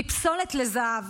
מפסולת לזהב,